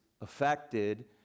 affected